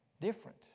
Different